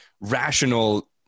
rational